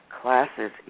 classes